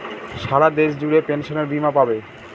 সারা দেশ জুড়ে পেনসনের বীমা পাবে